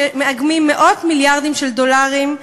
שמאגמים מאות מיליארדים של דולרים,